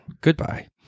Goodbye